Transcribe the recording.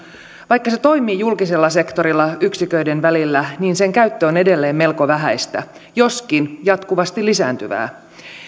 vaikka se toimii julkisella sektorilla yksiköiden välillä on edelleen melko vähäistä joskin jatkuvasti lisääntyvää